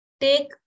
take